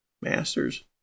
Masters